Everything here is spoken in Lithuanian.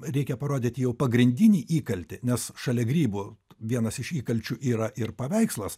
reikia parodyti jau pagrindinį įkaltį nes šalia grybų vienas iš įkalčių yra ir paveikslas